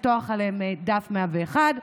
לפתוח להם דף 101,